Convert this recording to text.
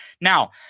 Now